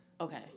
Okay